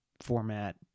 format